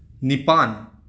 ꯅꯤꯄꯥꯟ